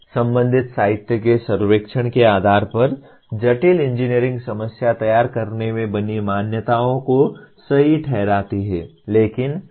संबंधित साहित्य के सर्वेक्षण के आधार पर जटिल इंजीनियरिंग समस्या तैयार करने में बनी मान्यताओं को सही ठहराते हैं